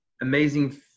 Amazing